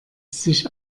sich